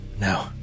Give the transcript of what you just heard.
No